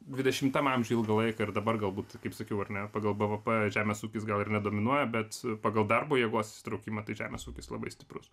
dvidešimtam amžiui ilgą laiką ir dabar galbūt kaip sakiau ar ne pagal bvp žemės ūkis gal ir nedominuoja bet pagal darbo jėgos įsitraukimą tai žemės ūkis labai stiprus